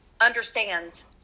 understands